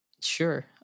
Sure